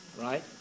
right